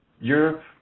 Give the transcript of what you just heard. Europe